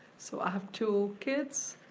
so i have two kids,